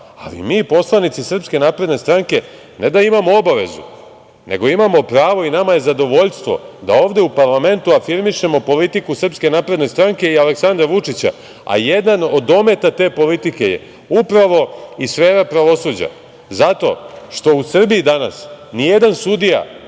ali mi, poslanici SNS, ne da imamo obavezu, nego imamo pravo i nama je zadovoljstvo da ovde u parlamentu afirmišemo politiku Srpske napredne stranke i Aleksandra Vučića, a jedan od dometa te politike je upravo i sfera pravosuđa zato što u Srbiji danas nijedan sudija,